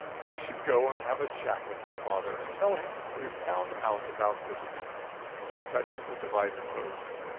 i should go and have a chat with your father, and tell him we've found out about this thing i touched the divided post.